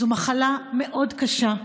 זו מחלה מאוד קשה,